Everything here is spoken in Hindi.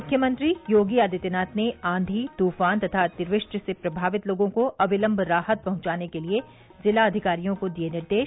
मुख्यमंत्री योगी आदित्यनाथ ने आंधी तूफान तथा अतिवृष्टि से प्रभावित लोगों को अविलम्ब राहत पहुंचाने के लिये जिलाधिकारियों को दिये निर्देश